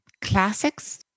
classics